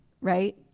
right